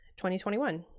2021